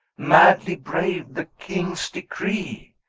madly brave the king's decree?